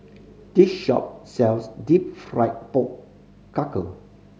this shop sells deep fried pork